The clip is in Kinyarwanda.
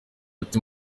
ati